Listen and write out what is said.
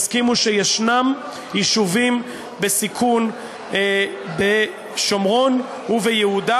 תסכימו שיש יישובים בסיכון בשומרון וביהודה,